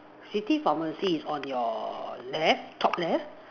city pharmacy is on your left top left